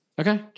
Okay